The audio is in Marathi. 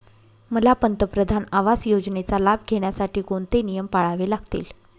मला पंतप्रधान आवास योजनेचा लाभ घेण्यासाठी कोणते नियम पाळावे लागतील?